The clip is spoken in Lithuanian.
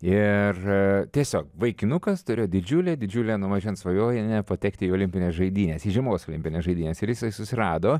ir tiesiog vaikinukas turėjo didžiulę didžiulę nuo mažens svajonę nepatekti į olimpines žaidynes į žiemos olimpines žaidynes ir jisai susirado